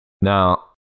Now